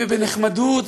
בנחמדות,